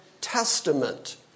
Testament